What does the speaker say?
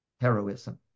heroism